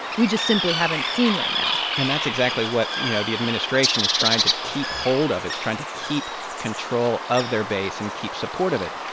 we just simply haven't seen right now and that's exactly what, you know, the administration is trying to keep hold of. it's trying to keep control of their base and keep support of it.